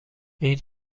این